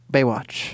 Baywatch